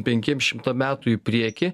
penkiem šimtam metų į priekį